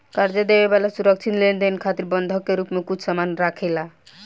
कर्जा देवे वाला सुरक्षित लेनदेन खातिर बंधक के रूप में कुछ सामान राखेला